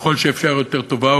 ככל שאפשר יותר טובה,